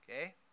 Okay